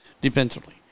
defensively